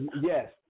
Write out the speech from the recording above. Yes